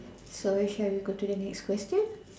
sorry shall we go to the next question